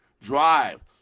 drive